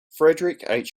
frederick